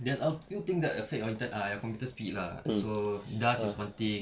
there's a few things that affect your inter~ your computer speed lah so dust is one thing